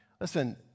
Listen